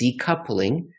decoupling